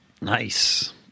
Nice